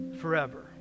forever